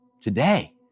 today